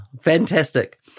fantastic